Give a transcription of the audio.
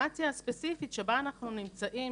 הסיטואציה הספציפית שבה אנחנו נמצאים,